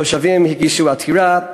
תושבים הגישו עתירה,